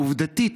עובדתית,